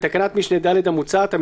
בתקנת משנה (ד) המוצעת,